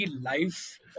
life